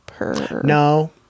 No